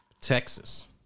Texas